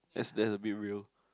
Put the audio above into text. that's that's a bit real